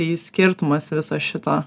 skirtumas viso šito